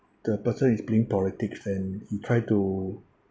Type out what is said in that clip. the person is playing politics then he try to